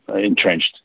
entrenched